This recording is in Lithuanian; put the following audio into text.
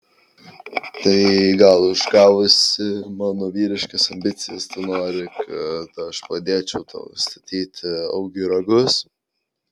tai gal užgavusi mano vyriškas ambicijas tu nori kad aš padėčiau tau įstatyti augiui ragus